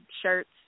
shirts